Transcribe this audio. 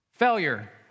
Failure